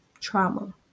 Trauma